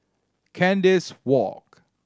Kandis Walk